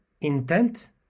Intent